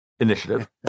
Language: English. Initiative